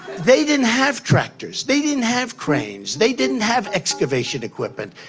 they didn't have tractors, they didn't have cranes, they didn't have excavation equipment.